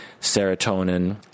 serotonin